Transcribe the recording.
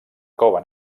cova